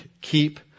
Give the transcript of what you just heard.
keep